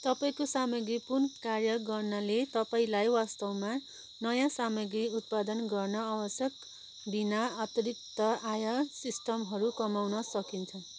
तपाईँको सामाग्री पुनः कार्य गर्नाले तपाईँलाई वास्तवमा नयाँ सामाग्री उत्पादन गर्न आवश्यक बिना अतिरिक्त आय सिस्टमहरू कमाउन सकिन्छ